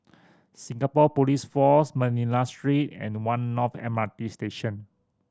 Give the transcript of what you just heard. Singapore Police Force Manila Street and One North M R T Station